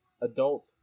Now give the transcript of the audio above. adult